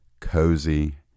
cozy